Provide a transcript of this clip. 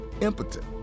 impotent